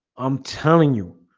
i'm telling you